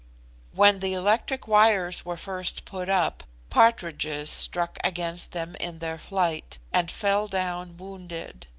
when the electric wires were first put up, partridges struck against them in their flight, and fell down wounded.